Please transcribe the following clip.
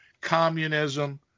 communism